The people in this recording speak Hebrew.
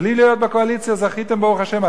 בלי להיות בקואליציה זכיתם, ברוך השם.